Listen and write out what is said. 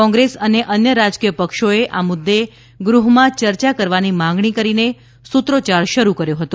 કોંગ્રેસ અને અન્ય રાજકીય પક્ષોઓએ આ મુદ્દે ગૃહમાં ચર્ચા કરવાની માંગણી કરીને સુત્રોચ્યાર શરૂ કર્યો હતો